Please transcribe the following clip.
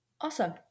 Awesome